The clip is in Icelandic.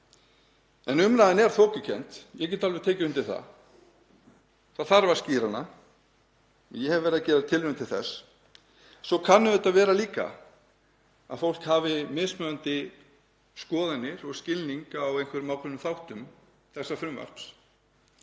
En umræðan er þokukennd, ég get alveg tekið undir það, og það þarf að skýra hana. Ég hef verið að gera tilraun til þess. Svo kann auðvitað líka að vera að fólk hafi mismunandi skoðanir og skilning á einhverjum ákveðnum þáttum þessa frumvarps.